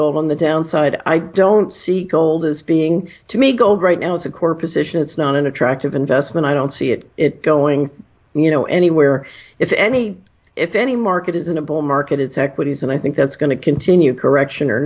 gold on the downside i don't see gold as being to me gold right now it's a core position it's not an attractive investment i don't see it it going you know anywhere if any if any market is an abort market it's equities and i think that's going to continue correction or